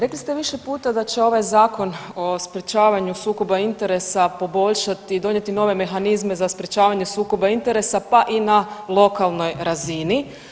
Rekli ste više puta da će ovaj Zakon o sprječavanju sukoba interesa poboljšati i donijeti nove mehanizme za sprječavanje sukoba interesa, pa i na lokalnoj razini.